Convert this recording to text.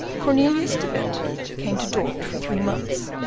cornelius de witt came to dort for three months,